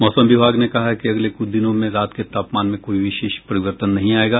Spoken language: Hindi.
मौसम विभाग ने कहा है कि अगले कुछ दिनों में रात के तापमान में कोई विशेष परिवर्तन नहीं आयेगा